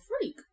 freak